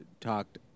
talked